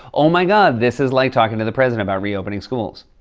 oh, my god. this is like talking to the president about reopening schools.